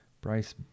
Bryce